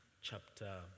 chapter